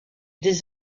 des